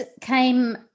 came